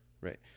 Right